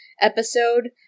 episode